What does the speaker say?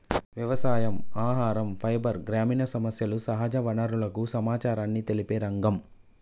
వ్యవసాయం, ఆహరం, ఫైబర్, గ్రామీణ సమస్యలు, సహజ వనరుల సమచారాన్ని తెలిపే రంగం